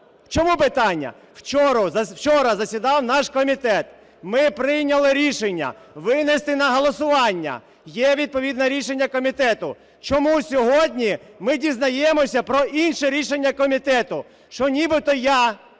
Чому – питання? Вчора засідав наш комітет. Ми прийняли рішення винести на голосування, є відповідне рішення комітету. Чому сьогодні ми дізнаємося про інше рішення комітету, що нібито я